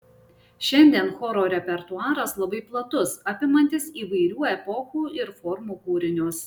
šiandien choro repertuaras labai platus apimantis įvairių epochų ir formų kūrinius